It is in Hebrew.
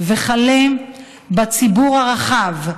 וכלה בציבור הרחב,